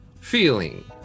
feeling